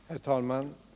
Herr talman!